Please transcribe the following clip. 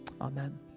Amen